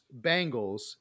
Bengals